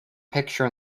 picture